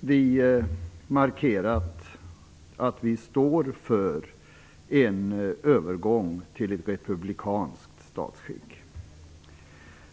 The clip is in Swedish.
Vi har markerat att vi står för en övergång till ett republikanskt statsskick.